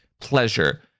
pleasure